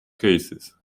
cases